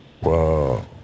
Whoa